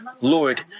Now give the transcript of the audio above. Lord